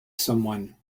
someone